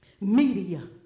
Media